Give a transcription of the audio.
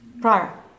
prior